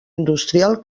industrial